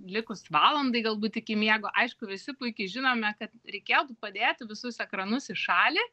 likus valandai galbūt iki miego aišku visi puikiai žinome kad reikėtų padėti visus ekranus į šalį